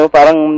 Parang